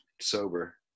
sober